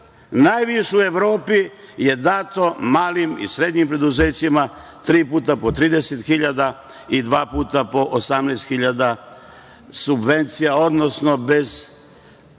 najviše u Evropi je dato malim i srednjim preduzećima, tri puta po 30.000 i dva puta po 18.000 subvencija, odnosno da